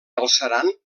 galceran